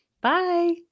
Bye